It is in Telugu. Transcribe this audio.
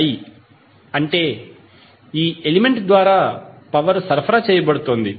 i అంటే ఈ ఎలిమెంట్ ద్వారా పవర్ సరఫరా చేయబడుతోంది